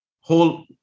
whole